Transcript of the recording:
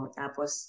tapos